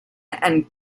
and